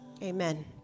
Amen